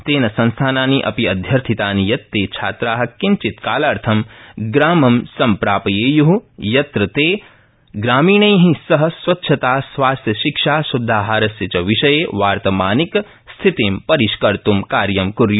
तेन संस्थानानि अपि अध्यर्थितानि यत् ते छात्रा किञ्चत्कालार्थ ग्रामेष् प्रेषयेय् तत्र ते ग्रामीणै सह स्वच्छता स्वास्थ्य शिक्षा श्दधाहारस्य च विषये वार्तमानिक स्थितिं रिष्कर्त् कार्य कुर्य